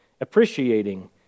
appreciating